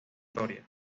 historia